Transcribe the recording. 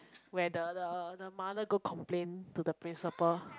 where the the the mother go complain to the principle